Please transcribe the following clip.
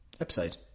episode